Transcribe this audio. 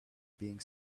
being